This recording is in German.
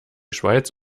schweiz